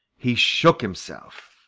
he shook himself.